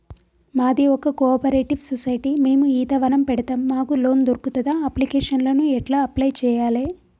మాది ఒక cooperative society మేము ఈత వనం పెడతం మాకు లోన్ దొర్కుతదా? అప్లికేషన్లను ఎట్ల అప్లయ్ చేయాలే?